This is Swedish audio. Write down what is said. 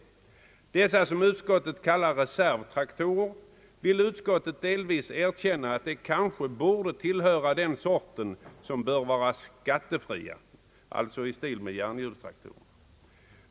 Beträffande dessa fordon — av utskottet kallade reservtraktorer — vill utskottet delvis erkänna att de kanske borde tillhöra det slags fordon som bör vara skattefria i likhet med järnhjulstraktorer.